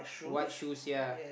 white shoes ya